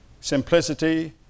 simplicity